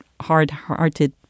hard-hearted